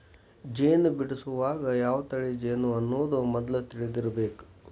ಜೇನ ಬಿಡಸುವಾಗ ಯಾವ ತಳಿ ಜೇನು ಅನ್ನುದ ಮದ್ಲ ತಿಳದಿರಬೇಕ